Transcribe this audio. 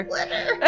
Glitter